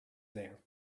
there